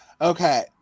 okay